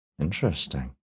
Interesting